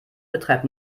betreibt